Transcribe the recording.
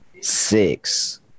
Six